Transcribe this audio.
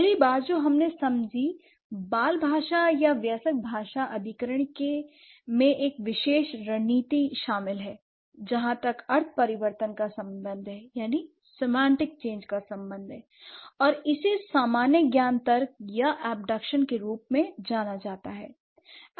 पहली बात जो हमने समझी बाल भाषा या वयस्क भाषा अधिग्रहण में एक विशेष रणनीति शामिल है जहां तक अर्थ परिवर्तन का संबंध है l और इसे सामान्य ज्ञान तर्क या एबडक्शन के रूप में जाना जाता है